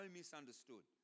misunderstood